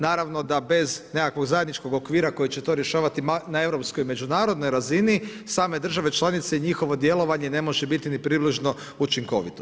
Naravno da bez nekakvog zajedničkog okvira koje će to rješavati na europskoj i međunarodnoj razini same države članice i njihovo djelovanje ne može biti ni približno učinkovito.